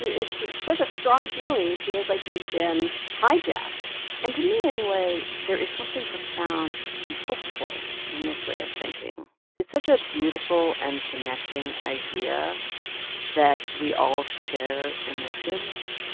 it's such a strong feeling. it feels like you've been hijacked and to me anyway, anyway, there is something profound and hopeful in this way of thinking it's such a beautiful and connecting idea that we all share emotions.